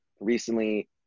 recently